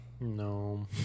No